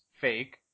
fake